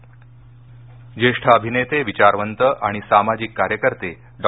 लाग निधन ज्येष्ठ अभिनेते विचारवंत आणि सामाजिक कार्यकर्ते डॉ